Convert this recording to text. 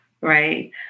Right